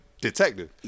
detective